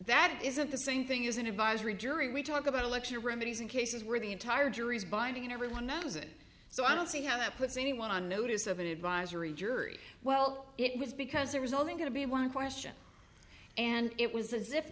that isn't the same thing as an advisory jury we talk about election remedies in cases where the entire jury is binding and everyone knows it so i don't see how that puts anyone on notice of an advisory jury well it was because there was only going to be one question and it was as if